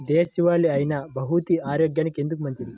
దేశవాలి అయినా బహ్రూతి ఆరోగ్యానికి ఎందుకు మంచిది?